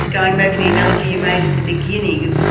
going back to the analogy you made at the beginning,